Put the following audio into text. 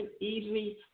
easy